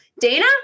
Dana